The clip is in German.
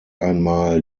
einmal